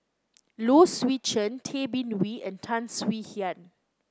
Low Swee Chen Tay Bin Wee and Tan Swie Hian